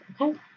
okay